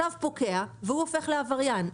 הצו פוקע והוא הופך לעבריין,